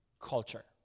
culture